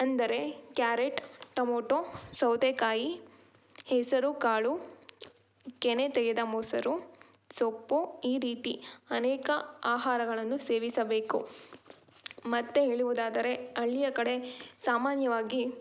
ಅಂದರೆ carrot tomato ಸೌತೇಕಾಯಿ ಹೆಸರುಕಾಳು ಕೆನೆ ತೆಗೆದ ಮೊಸರು ಸೊಪ್ಪು ಈ ರೀತಿ ಅನೇಕ ಆಹಾರಗಳನ್ನು ಸೇವಿಸಬೇಕು ಮತ್ತೆ ಹೇಳುವುದಾದರೇ ಹಳ್ಳಿಯ ಕಡೆ ಸಾಮಾನ್ಯವಾಗಿ